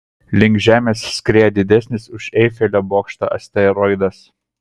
link žemės skrieja didesnis už eifelio bokštą asteroidas